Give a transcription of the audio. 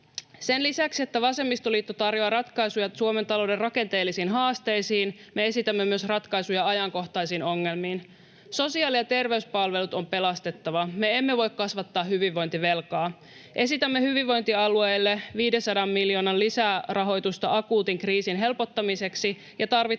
Sen lisäksi, että vasemmistoliitto tarjoaa ratkaisuja Suomen talouden rakenteellisiin haasteisiin, me esitämme ratkaisuja myös ajankohtaisiin ongelmiin. Sosiaali- ja terveyspalvelut on pelastettava. Me emme voi kasvattaa hyvinvointivelkaa. Esitämme hyvinvointialueille 500 miljoonan lisärahoitusta akuutin kriisin helpottamiseksi ja tarvittavia